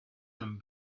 come